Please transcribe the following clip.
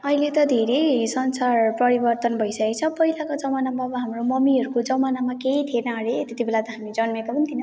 अहिले त धेरै संसार परिवर्तन भइसकेको छ पहिलाको जमानामा अब हाम्रो मम्मीहरूको जमानामा केही थिएन अरे त्यति बेला त हामी जन्मेका पनि थिएनौँ